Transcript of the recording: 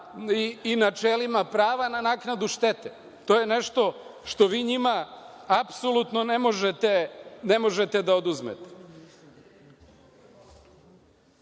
i načelima prava na naknadu štete. To je nešto što vi njima apsolutno ne možete da oduzmete. Još